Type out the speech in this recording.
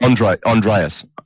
Andreas